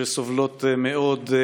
שסובלות מאוד,